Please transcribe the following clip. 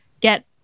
get